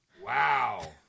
wow